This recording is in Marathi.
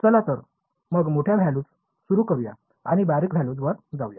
चला तर मग मोठ्या व्हॅल्यूज सुरू करूया आणि बारीक व्हॅल्यूज वर जाऊया